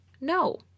No